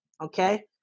okay